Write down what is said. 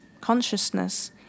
consciousness